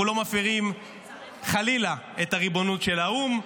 אנחנו לא מפירים חלילה את הריבונות של האו"ם,